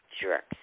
Jerks